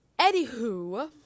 Anywho